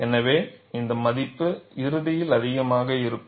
எனவே இந்த மதிப்பு இறுதியில் அதிகமாக இருக்கும்